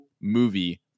movie